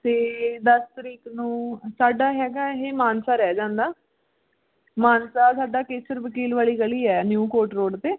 ਅਤੇ ਦਸ ਤਰੀਕ ਨੂੰ ਸਾਡਾ ਹੈਗਾ ਇਹ ਮਾਨਸਾ ਰਹਿ ਜਾਂਦਾ ਮਾਨਸਾ ਸਾਡਾ ਕੇਸਰ ਵਕੀਲ ਵਾਲੀ ਗਲੀ ਹੈ ਨਿਊ ਕੋਰਟ ਰੋਡ 'ਤੇ